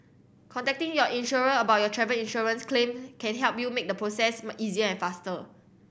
contacting your insurer about your travel insurance claim can help you make the process easier and faster